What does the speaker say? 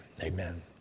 Amen